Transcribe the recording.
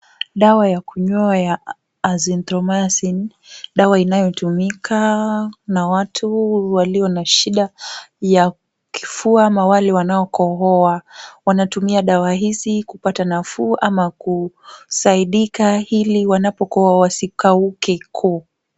Dawa ya kunywa ya Azithromycin. Dawa inayotumika na watu walio na shida ya kifua ama wale wanaokohoa. Wanatumia dawa hizi kupata nafuu au kusaidika ili wanapokohoa, wasikauke koo.